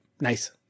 Nice